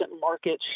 market